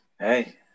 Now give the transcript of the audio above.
Hey